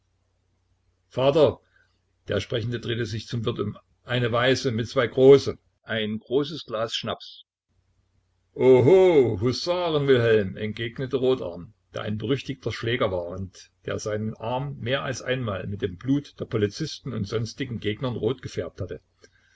vater der sprechende drehte sich zum wirt um eine weiße mit zwei große großes glas schnaps oho husaren wilhelm entgegnete rotarm der ein berüchtigter schläger war und der seinen arm mehr als einmal mit dem blut der polizisten und sonstigen gegnern rot gefärbt hatte